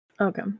Okay